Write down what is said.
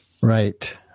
right